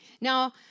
Now